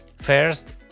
First